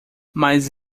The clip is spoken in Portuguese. mas